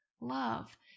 love